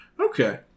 Okay